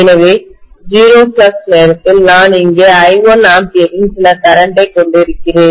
எனவே 0 ஃப்ளக்ஸ் நேரத்தில் நான் இங்கே I1 ஆம்பியரின் சில கரண்ட் ஐக் கொண்டிருக்கிறேன்